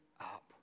up